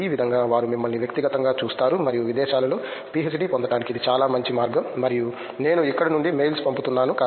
ఈ విధంగా వారు మిమ్మల్ని వ్యక్తిగతంగా చూస్తారు మరియు విదేశాలలో పీహెచ్డీ పొందటానికి ఇది చాలా మంచి మార్గం మరియు నేను ఇక్కడ నుండి మెయిల్స్ పంపుతున్నాను